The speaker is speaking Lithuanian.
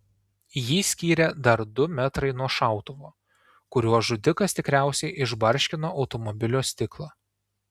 jį skyrė dar du metrai nuo šautuvo kuriuo žudikas tikriausiai išbarškino automobilio stiklą